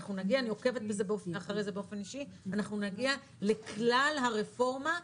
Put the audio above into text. עד סוף השנה אנחנו נגיע לכלל הרפורמה,